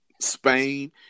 Spain